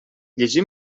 llegir